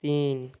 তিন